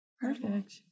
Perfect